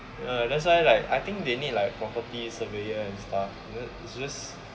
ya that's why like I think they need like property surveyor and stuff it's just